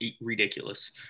ridiculous